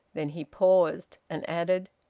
then he paused, and added,